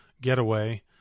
getaway